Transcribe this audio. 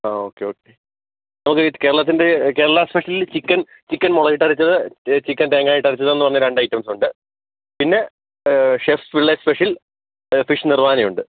ആ okay okay നമുക്ക് കേരളത്തിൻ്റെ കേരള സ്പെഷ്യൽ ചിക്കൻ ചിക്കൻ മുളകിട്ടരച്ചത് ചിക്കൻ തേങ്ങ ഇട്ട് അരച്ചത് എന്നും പറഞ്ഞ രണ്ട് ഐറ്റംസ് ഉണ്ട് പിന്നെ ഷെഫ് പിള്ളെ സ്പെഷ്യൽ ഫിഷ് നിർവാനയുണ്ട്